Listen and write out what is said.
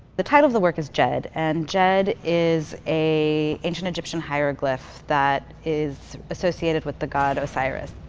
the title of the work is djed. and djed is a ancient egyptian hieroglyph that is associated with the god of cyrus.